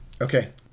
Okay